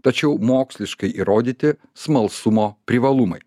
tačiau moksliškai įrodyti smalsumo privalumai